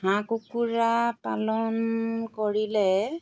হাঁহ কুকুৰা পালন কৰিলে